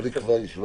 היה שם